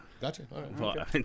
gotcha